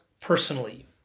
personally